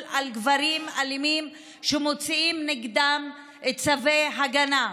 לגברים אלימים שמוציאים נגדם צווי הגנה.